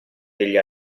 degli